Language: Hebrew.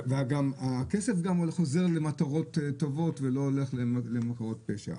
וגם הכסף חוזר למטרות טובות ולא הולך למקורות פשע.